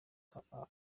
ashaka